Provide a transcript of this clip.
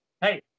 hey